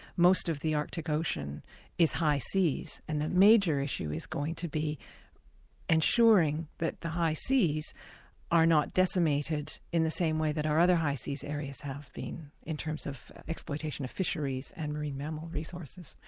most of the arctic ocean is high seas, and the major issue is going to be ensuring that the high seas are not decimated in the same way that our other high seas areas have been in terms of exploitation of fisheries and marine mammal resources.